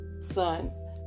son